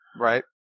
Right